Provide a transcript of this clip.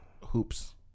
hoops